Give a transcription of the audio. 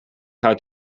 how